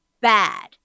bad